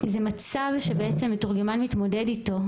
זה מצב שבעצם מתורגמן מתמודד איתו,